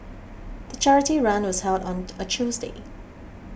the charity run was held on a Tuesday